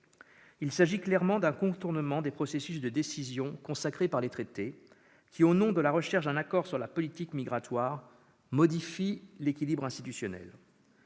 Il s'agit clairement d'un contournement des processus de décision consacrés par les traités, qui, au nom de la recherche d'un accord sur la politique migratoire, modifie l'équilibre institutionnel.